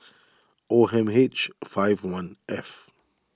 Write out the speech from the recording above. O M H five one F